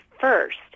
first